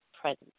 presence